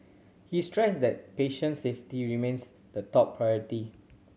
he stressed that patient safety remains the top priority